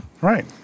Right